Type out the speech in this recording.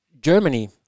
Germany